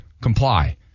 comply